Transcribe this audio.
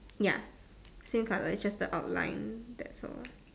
ya same colour is just the outline that's all